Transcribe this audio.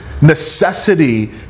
necessity